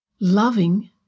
loving